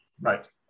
Right